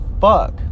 fuck